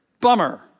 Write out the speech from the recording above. Bummer